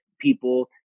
people